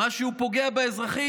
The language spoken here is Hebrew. מה שפוגע באזרחים,